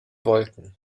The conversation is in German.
wolken